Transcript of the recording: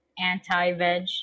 anti-veg